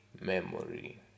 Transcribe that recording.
memory